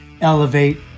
elevate